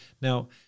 Now